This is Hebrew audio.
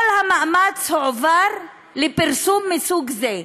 כל המאמץ הועבר לפרסום מסוג זה,